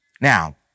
Now